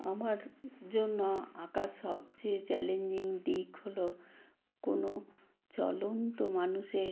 আমার জন্য আঁকার সবচেয়ে চ্যালেঞ্জিং দিক হলো কোনো চলন্ত মানুষের